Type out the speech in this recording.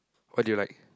what do you like